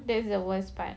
that's the worst part